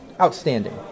outstanding